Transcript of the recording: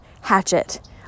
Hatchet